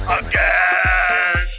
again